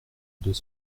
deux